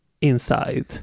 inside